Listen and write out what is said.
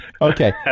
Okay